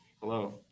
Hello